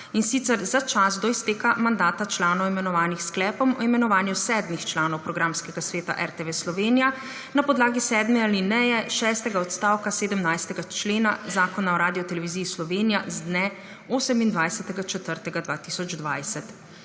in sicer za čas do izteka mandata članov, imenovanih s sklepom o imenovanju sedmih članov programskega sveta RTV Slovenija na podlagi 7. alineje 6. odstavka 17. člena Zakona o Radioteleviziji Slovenija z dne 28. 4. 2020.